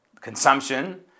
consumption